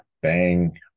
bang